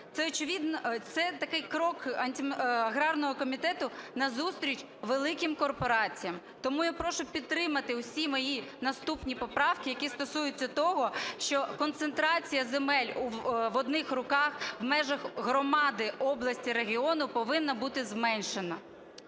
Це такий крок аграрного комітету на зустріч великим корпораціям. Тому я прошу підтримати усі мої наступні поправки, які стосуються того, що концентрація земель в одних руках в межах громади, області, регіону повинна бути зменшена.